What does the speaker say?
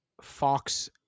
fox